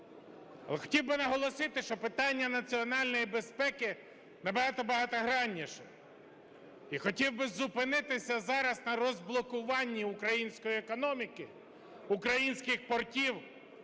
Хотів би наголосити, що питання національної безпеки набагато багатогранніше. І хотів би зупинитися зараз на розблокуванні української економіки, українських портів,